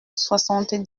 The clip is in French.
soixante